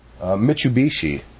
Mitsubishi